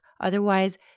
otherwise